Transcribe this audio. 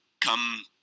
come